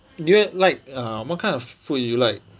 do you like err what kind of food do you like